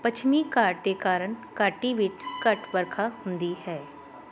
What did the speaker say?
ਪੱਛਮੀ ਘਾਟ ਦੇ ਕਾਰਨ ਘਾਟੀ ਵਿੱਚ ਘੱਟ ਵਰਖਾ ਹੁੰਦੀ ਹੈ